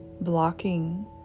blocking